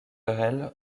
burrell